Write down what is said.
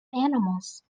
animals